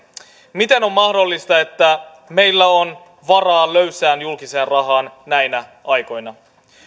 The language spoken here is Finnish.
miten on mahdollista että meillä on varaa löysään julkiseen rahaan näinä aikoina